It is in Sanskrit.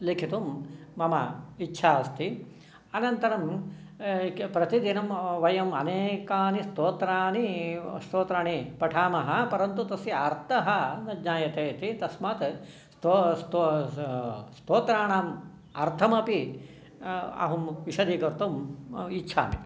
लेखितुं मम इच्छा अस्ति अनन्तरं प्रतिदिनं वयम् अनेकानि स्तोत्राणि स्तोत्राणि पठामः परन्तु तस्य अर्थः न ज्ञायते इति तस्मात् स्तोत्राणाम् अर्थमपि अहं विषदीकर्तुम् इच्छामि